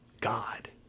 God